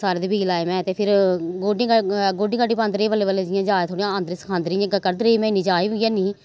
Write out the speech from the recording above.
सारें दे बीऽ लाए में ते फिर गोड्डी गाड्डी पांदी रेही बल्लैं बल्लैं जि'यां जाच थोह्ड़ी औंदी रेही सखांदे रेह् इन्नी जाच बी हैनी ही